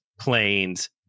planes